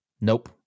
nope